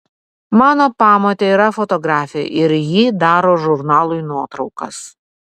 mano pamotė yra fotografė ir ji daro žurnalui nuotraukas